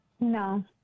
No